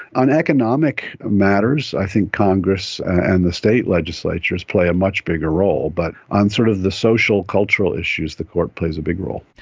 on economic matters i think congress and the state legislatures play a much bigger role. but on sort of the social and cultural issues the court plays a big role.